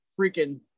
freaking